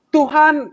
Tuhan